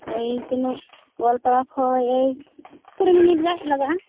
ᱳᱭ ᱛᱤᱱᱟᱹᱜ ᱜᱳᱣᱟᱞᱯᱟᱲᱟ ᱠᱷᱚᱱ ᱠᱩᱲᱤ ᱢᱤᱱᱤᱴ ᱜᱟᱱ ᱞᱟᱜᱟᱜᱼᱟ